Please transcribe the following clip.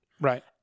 Right